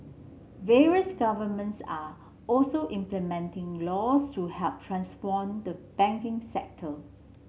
various governments are also implementing laws to help transform the banking sector